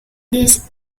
this